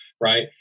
right